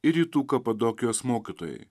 ir rytų kapadokijos mokytojai